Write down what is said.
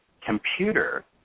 computer